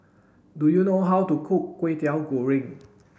do you know how to cook Kway Teow Goreng